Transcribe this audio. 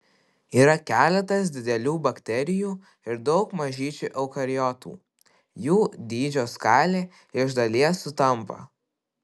yra keletas didelių bakterijų ir daug mažyčių eukariotų jų dydžio skalė iš dalies sutampa